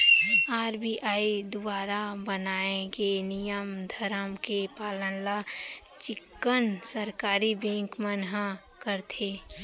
RBI दुवारा बनाए गे नियम धरम के पालन ल चिक्कन सरकारी बेंक मन ह करथे